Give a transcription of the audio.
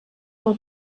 pel